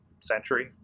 century